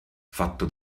fatto